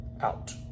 out